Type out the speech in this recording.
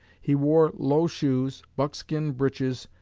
he wore low shoes, buckskin breeches,